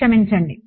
క్షమించండి